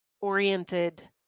oriented